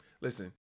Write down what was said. listen